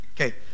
Okay